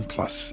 Plus